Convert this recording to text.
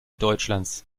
deutschlands